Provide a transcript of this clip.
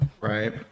Right